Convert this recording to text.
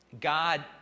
God